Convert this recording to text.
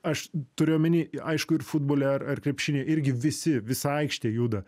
aš turiu omeny aišku ir futbole ar ar krepšiny irgi visi visa aikštė juda